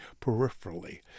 peripherally